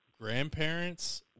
grandparents